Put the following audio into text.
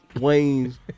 Wayne's